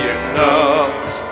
enough